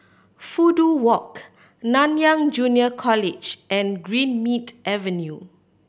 Fudu Walk Nanyang Junior College and Greenmead Avenue